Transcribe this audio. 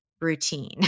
routine